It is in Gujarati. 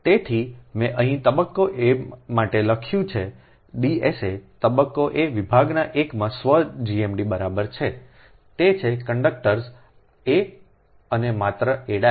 તેથી મેં અહીં તબક્કો એ માટે લખ્યું છે D sa તબક્કો એ વિભાગના ૧ માં સ્વ GMD બરાબર છે તે છે કે કંડક્ટર્સ એ અને માત્ર a'